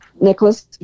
Nicholas